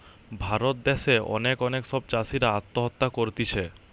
ভারত দ্যাশে অনেক অনেক সব চাষীরা আত্মহত্যা করতিছে